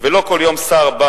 נו,